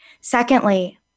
Secondly